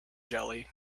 jelly